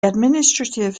administrative